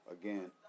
again